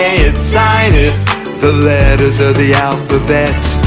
it, sign it the letters of the alphabet